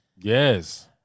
Yes